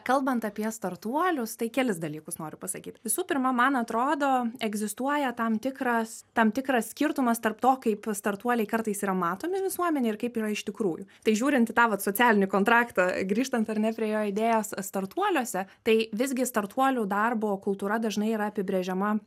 kalbant apie startuolius tai kelis dalykus noriu pasakyt visų pirma man atrodo egzistuoja tam tikras tam tikras skirtumas tarp to kaip startuoliai kartais yra matomi visuomenėj ir kaip yra iš tikrųjų tai žiūrint į tą vat socialinį kontraktą grįžtant ar ne prie jo idėjos startuoliuose tai visgi startuolių darbo kultūra dažnai yra apibrėžiama